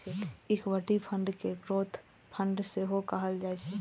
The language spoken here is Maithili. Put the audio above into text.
इक्विटी फंड कें ग्रोथ फंड सेहो कहल जाइ छै